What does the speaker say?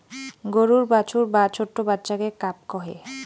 গরুর বাছুর বা ছোট্ট বাচ্চাকে কাফ কহে